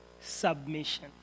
submission